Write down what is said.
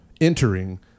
entering